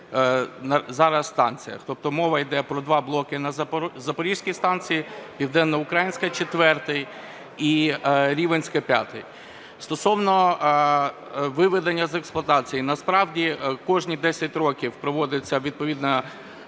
зараз станціях. Тобто мова йде про 2 блоки на Запорізькій станції, Південноукраїнська – 4-й і Рівненська – 5-й. Стосовно виведення з експлуатації. Насправді кожні 10 років проводиться відповідний